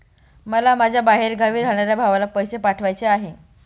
मला माझ्या बाहेरगावी राहणाऱ्या भावाला पैसे पाठवायचे आहे